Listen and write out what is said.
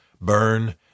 burn